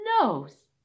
nose